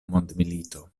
mondmilito